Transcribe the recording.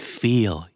feel